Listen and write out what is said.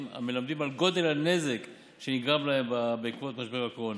המלמדים על גודל הנזק שנגרם להם בעקבות משבר הקורונה,